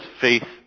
faith